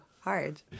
hard